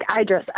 Idris